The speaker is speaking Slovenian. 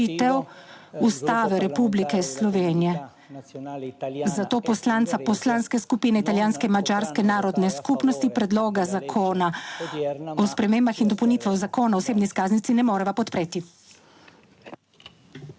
Ustave Republike Slovenije. Zato poslanca Poslanske skupine italijanske in madžarske narodne skupnosti Predloga zakona o spremembah in dopolnitvah Zakona o osebni izkaznici ne moreva podpreti.